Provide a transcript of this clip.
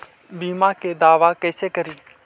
बीमा के दावा कैसे करी?